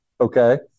okay